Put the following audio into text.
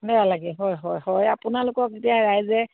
বেয়া লাগে হয় হয় হয় আপোনালোকক এতিয়া ৰাইজে